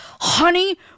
Honey